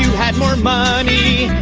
had more money